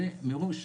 זה מראש,